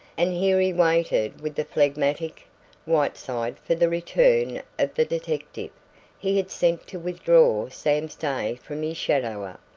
and here he waited with the phlegmatic whiteside for the return of the detective he had sent to withdraw sam stay from his shadower.